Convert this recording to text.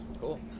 Cool